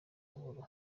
nkuru